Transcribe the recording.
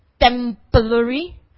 temporary